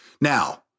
now